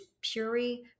puree